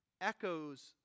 echoes